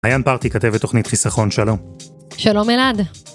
מעיין פרתי כתבת תוכנית החיסכון שלנו, שלום אלעד